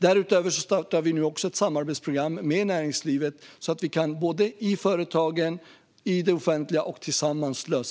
Därutöver startar vi nu också ett samarbetsprogram med näringslivet, så att vi kan lösa denna fråga i företagen, i det offentliga och tillsammans.